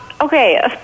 Okay